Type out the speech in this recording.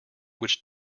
which